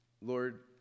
Lord